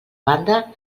banda